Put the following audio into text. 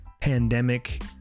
pandemic